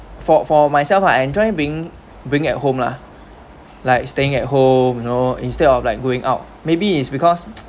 for for myself I enjoy being being at home lah like staying at home you know instead of like going out maybe it's because